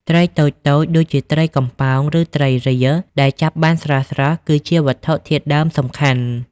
ត្រីតូចៗ ដូចជាត្រីកំប៉ោង ឬត្រីរៀល ដែលចាប់បានស្រស់ៗ គឺជាវត្ថុធាតុដើមសំខាន់។